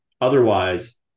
otherwise